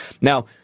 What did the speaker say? Now